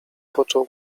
począł